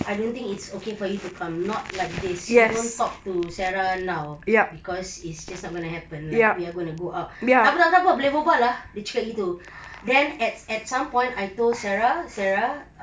I don't think it's okay for you to come not like this we don't talk to sarah now cause it's just not gonna happen like we are gonna go out tak apa tak apa tak apa boleh berbual lah dia cakap gitu then at at some point I told sarah sarah